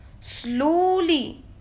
slowly